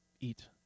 eat